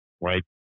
right